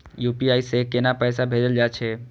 UPI से केना पैसा भेजल जा छे?